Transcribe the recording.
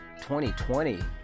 2020